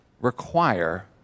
require